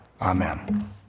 Amen